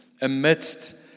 amidst